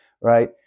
Right